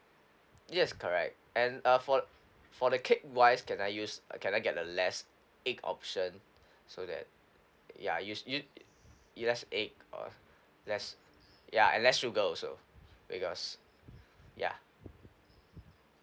yes correct and uh for for the cake wise can I use uh can I get a less egg option so that ya use u~ less egg uh less ya and less sugar also because ya